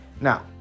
now